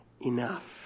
enough